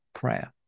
prayer